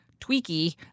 tweaky